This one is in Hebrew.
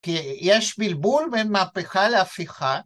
כי יש בלבול בין מהפכה להפיכה.